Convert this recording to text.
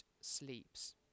sleeps